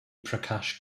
prakash